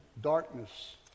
darkness